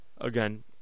again